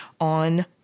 on